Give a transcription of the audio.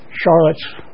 Charlotte's